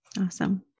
Awesome